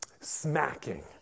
smacking